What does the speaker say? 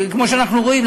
כמו שאנחנו רואים,